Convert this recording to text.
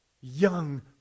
young